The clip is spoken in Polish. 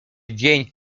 dzień